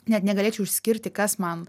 net negalėčiau išskirti kas man